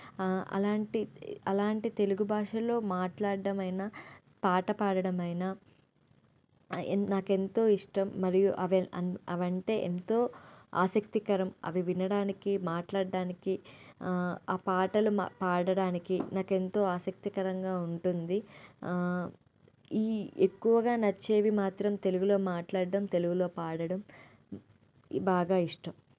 అలాంటి అలాంటి తెలుగు భాషల్లో మాట్లాడటం అయినా పాట పాడడం అయినా ఎన్ నాకెంతో ఇష్టం మరియు అవి అన్ని అవంటే ఎంతో ఆసక్తికరం అవి వినడానికి మాట్లాడటానికి ఆ పాటలు పాడటానికి నాకెంతో ఆసక్తికరంగా ఉంటుంది ఈ ఎక్కువగా నచ్చేవి మాత్రం తెలుగులో మాట్లాడటం తెలుగులో పాడడం ఈ బాగా ఇష్టం